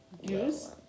Use